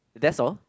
that's all